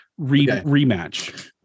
rematch